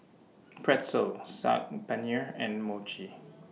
Pretzel Saag Paneer and Mochi